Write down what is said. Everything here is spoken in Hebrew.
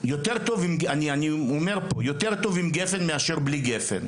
יותר טוב עם הגפ"ן מאשר בלעדיו,